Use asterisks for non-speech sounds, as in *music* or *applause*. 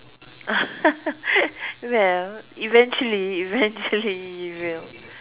*laughs* well eventually eventually you will